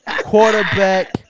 quarterback